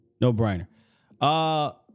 No-brainer